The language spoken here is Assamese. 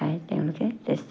খাই তেওঁলোকে টেষ্টি পায়